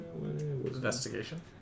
investigation